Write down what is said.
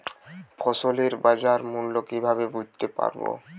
ফসলের বাজার মূল্য কিভাবে বুঝতে পারব?